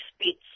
speech